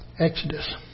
Exodus